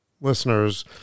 listeners